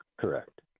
Correct